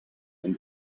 and